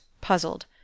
puzzled